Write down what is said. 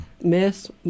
Miss